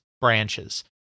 branches